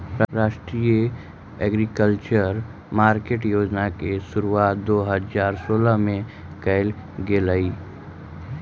राष्ट्रीय agriculture market योजना के शुरुआत दो हज़ार सोलह में कैल गेलइ